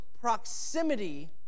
proximity